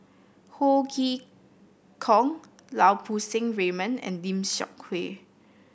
Ho Chee Kong Lau Poo Seng Raymond and Lim Seok Hui